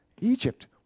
Egypt